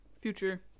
future